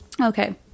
Okay